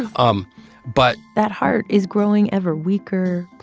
um but. that heart is growing ever weaker.